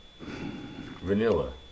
vanilla